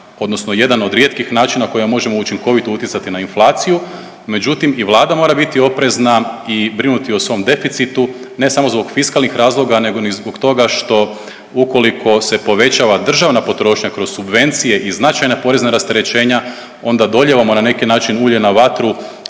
odnosno jedan od rijetkih načina kojima možemo učinkovito utjecati na inflaciju. Međutim, i vlada mora biti oprezna i brinuti o svom deficitu, ne samo zbog fiskalnih razloga nego ni zbog toga što ukoliko se povećava državna potrošnja kroz subvencije i značajna porezna rasterećenja onda dolijevamo na neki način ulje na vatru